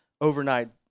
Overnight